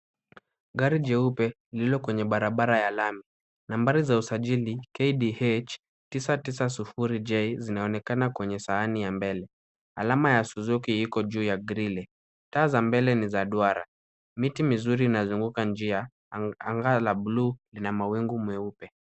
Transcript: Gari jeupe lililo kwenye barabara ya lami, nambari za usajili ni KDH 990J zinaonekana kwenye sahani ya mbele, alama ya suzuki iko juu ya grille, taa za mbele ni za duara, miti mizuri inazunguka njia, anga la bluu ina mawingu mweupe.